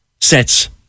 sets